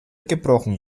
gebrochen